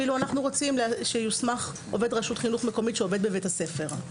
ואילו אנחנו רוצים שיוסמך עובד רשות מקומית שעובד בבית הספר.